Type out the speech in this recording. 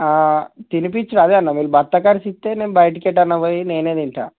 తినిపించడం అదే అన్న మీరు బత్త ఖర్చు ఇస్తే నేను బయటకి ఎటైనా పోయి నేనే తింటాను